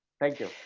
thank you.